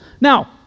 Now